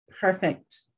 Perfect